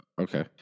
Okay